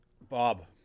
Bob